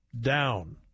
down